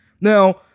Now